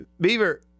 Beaver